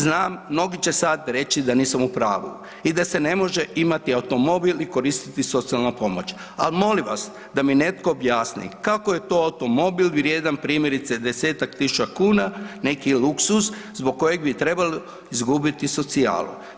Znam mnogi će sada reći da nisam u pravu i da se ne može imati automobil i koristiti socijalna pomoć, ali molim vas da mi netko objasni kako je to automobil vrijedan primjerice 10-ak tisuća kuna neki luksuz zbog kojeg bi trebalo izgubiti socijalu?